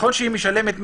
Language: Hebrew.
נכון שהיא משלמת מחיר,